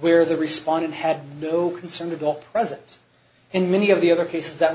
where the respondent had no concern to the presence and many of the other cases that